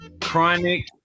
Chronic